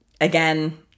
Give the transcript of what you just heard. again